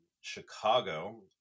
Chicago